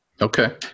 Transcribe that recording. Okay